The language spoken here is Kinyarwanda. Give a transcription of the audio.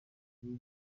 gihe